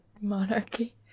monarchy